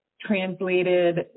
translated